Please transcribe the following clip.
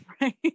right